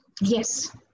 yes